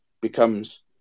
becomes